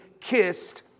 kissed